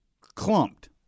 clumped